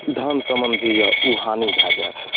धन सम्बन्धी यऽ हानि भए जाएत